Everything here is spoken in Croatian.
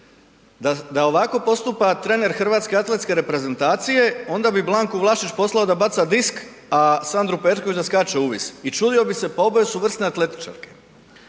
Da ovako postupa trener Hrvatske atletske reprezentacije, onda bi Blanku Vlašić poslao da baca disk a Sandru Perković da skače u vis i čudio bi se, pa oboje su vrsne atletičarke.